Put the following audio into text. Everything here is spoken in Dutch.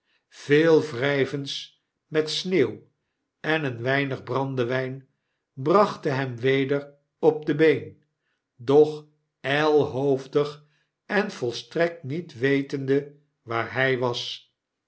yeel wryvens met sneeuw en een weinig brandewijn brachten hem weder op de been doch ylhoofdig en volstrekt niet wetende waar hy was